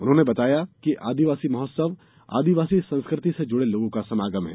उन्होंने बताया कि आदिवासी महोत्सव आदिवासी संस्कृति से जुड़े लोगों का समागम है